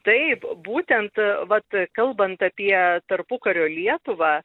taip būtent vat kalbant apie tarpukario lietuvą